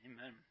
Amen